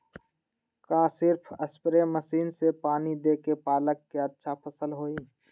का सिर्फ spray machine से पानी देके पालक के अच्छा फसल होई?